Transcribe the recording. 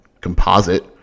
composite